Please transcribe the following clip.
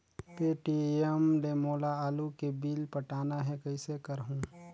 Paytm ले मोला आलू के बिल पटाना हे, कइसे करहुँ?